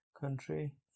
country